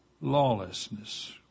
lawlessness